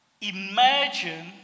imagine